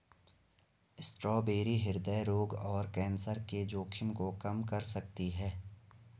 strawberry हृदय रोग और कैंसर के जोखिम को कम कर सकती है